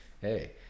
Hey